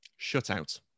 shutout